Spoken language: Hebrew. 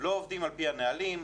שלא עובדים לפי הנהלים,